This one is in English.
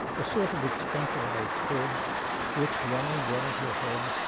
a sort of extemporized hood which, wound round her head,